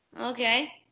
Okay